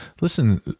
listen